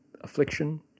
affliction